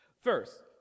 First